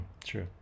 true